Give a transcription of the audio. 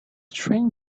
train